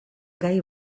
gai